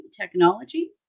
technology